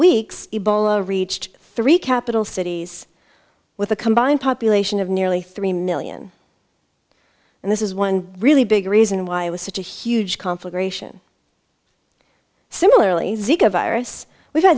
weeks ebola reached three capital cities with a combined population of nearly three million and this is one really big reason why it was such a huge conflagration similarly a virus which i